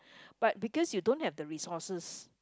but because you don't have the resources